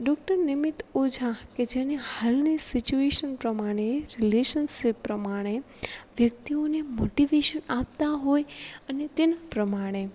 doctor Nimit Oza કે જેની હાલની સિચુએશન પ્રમાણે રિલેશીનસીપ પ્રમાણે વ્યક્તિઓને મોટિવેશન આપતા હોય અને તેના પ્રમાણે